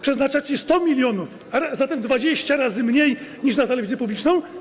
przeznaczacie 100 mln, a zatem 20 razy mniej niż na telewizję publiczną?